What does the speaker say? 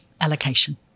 allocation